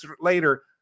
later